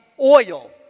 oil